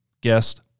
guest